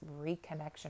reconnection